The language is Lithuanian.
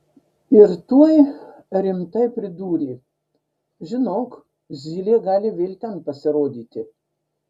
ir tuoj rimtai pridūrė žinok zylė gali vėl ten pasirodyti